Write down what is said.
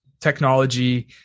technology